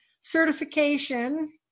certification